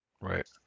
Right